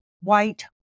white